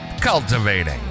cultivating